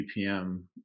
bpm